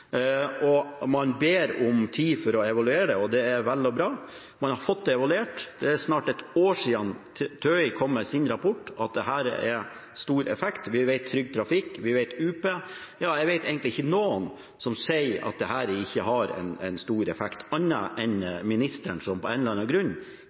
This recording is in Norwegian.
og man ber om tid for å evaluere. Det er vel og bra. Man har evaluert. Det er snart et år siden TØI kom med sin rapport som sa at dette har stor effekt. Både Trygg Trafikk og UP er enig i det. Ja, jeg vet egentlig ikke om noen som sier at dette ikke har stor effekt, annet enn ministeren, som av en eller annen grunn